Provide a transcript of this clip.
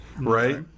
Right